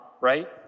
right